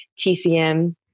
TCM